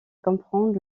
comprendre